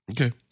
Okay